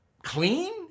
Clean